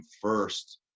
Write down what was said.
first